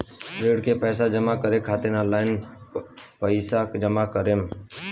ऋण के पैसा जमा करें खातिर ऑनलाइन कइसे जमा करम?